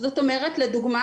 זאת אומרת לדוגמה